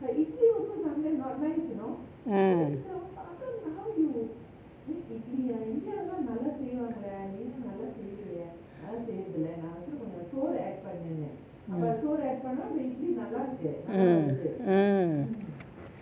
mm mm mm mm